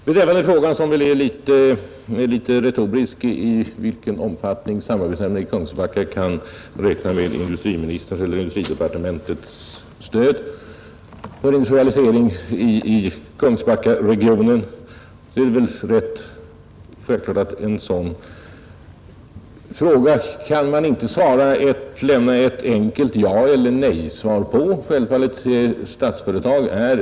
På den något retoriska frågan, i vilken omfattning samarbetsnämnden inom Kungsbackablocket kan räkna med industriministerns eller industridepartementets stöd för en industrialisering i Kungsbackaregionen, kan ett enkelt jaeller nej-svar självfallet inte lämnas.